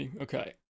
Okay